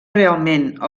realment